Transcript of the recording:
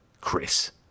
chris